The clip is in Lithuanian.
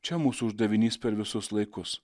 čia mūsų uždavinys per visus laikus